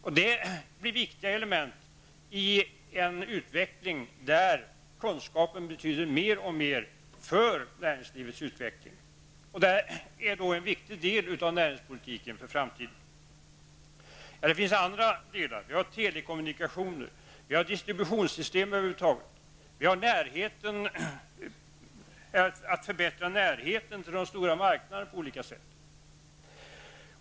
Dessa utgör viktiga element i en utveckling där kunskap betyder alltmer för näringslivets utveckling. Det är en viktig del av näringslivspolitiken inför framtiden. Det finns även andra delar av näringspolitiken, telekommunikationer, distributionssystem och olika sätt att förbättra närheten till de stora marknaderna.